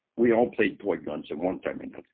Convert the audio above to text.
we all played toy guns at one time and